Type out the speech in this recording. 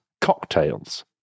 cocktails